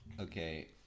Okay